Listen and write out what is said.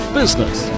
business